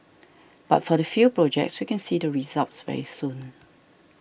but for the few projects we can see the results very soon